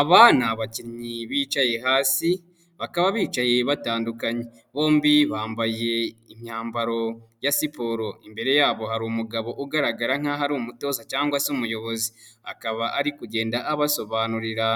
Abana ni abakinnyi bicaye hasi bakaba bicaye batandukanye bombi bambaye imyambaro ya siporo, imbere yabo hari umugabo ugaragara nkaho aho ari umutoza cyangwa se umuyobozi akaba ari kugenda abasobanurira